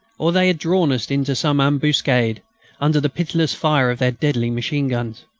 or they had drawn us into some ambuscade under the pitiless fire of their deadly machine-guns.